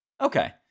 okay